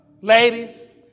ladies